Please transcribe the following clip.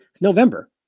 November